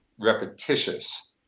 repetitious